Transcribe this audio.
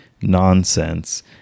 nonsense